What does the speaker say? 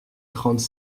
trente